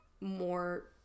more